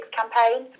campaign